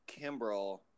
Kimbrel